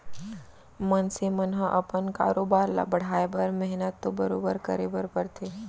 मनसे मन ह अपन कारोबार ल बढ़ाए बर मेहनत तो बरोबर करे बर परथे